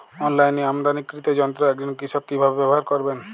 অনলাইনে আমদানীকৃত যন্ত্র একজন কৃষক কিভাবে ব্যবহার করবেন?